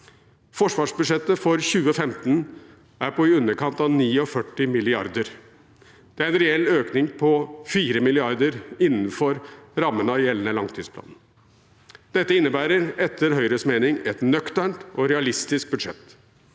Forsvarsbudsjettet for 2015 er på i underkant av 49 mrd. kr. Det er en reell økning på 4 mrd. kr innenfor rammene av gjeldende langtidsplan. Dette innebærer etter Høyres mening et nøkternt og realistisk budsjett.